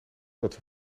dat